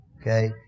Okay